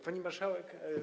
Pani Marszałek!